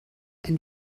ein